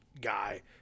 guy